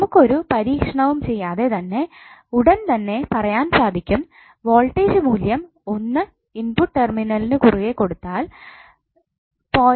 നമുക്ക് ഒരു പരീക്ഷണവും ചെയ്യാതെതന്നെ ഉടൻതന്നെ പറയാൻ സാധിക്കും വോൾടേജ് മൂല്യം ഒന്നു ഇൻപുട്ട് ടെർമിനലിന് കുറുകെ കൊടുത്താൽ 0